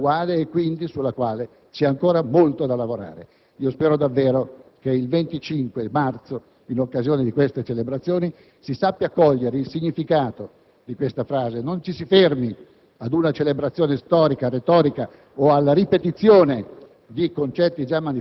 la sua struttura di previsione mai compiuta, ancora attuale e sulla quale c'è ancora molto da lavorare. Spero davvero che il 25 marzo, in occasione delle celebrazioni, si sappia cogliere il significato di questa frase senza fermarsi